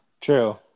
true